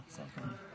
השר קרעי,